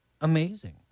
amazing